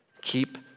Keep